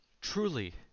Truly